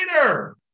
later